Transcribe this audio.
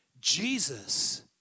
Jesus